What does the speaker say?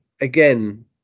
again